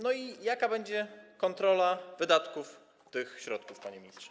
No i jaka będzie kontrola wydatków z tych środków, panie ministrze?